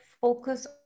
focus